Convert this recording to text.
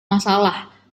masalah